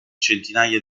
centinaia